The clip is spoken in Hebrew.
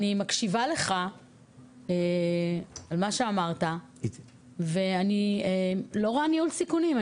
אני מקשיבה לך על מה שאמרת ואני לא רואה ניהול סיכונים,